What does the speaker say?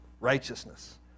righteousness